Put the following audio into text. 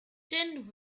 tin